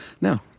No